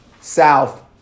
south